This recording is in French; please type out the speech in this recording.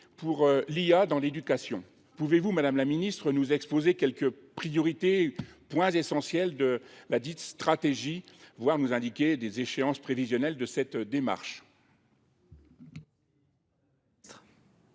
pour l'IA dans l'éducation. Pouvez-vous, Madame la Ministre, nous exposer quelques priorités, points essentiels de la dite stratégie, voire nous indiquer des échéances prévisionnelles de cette démarche ?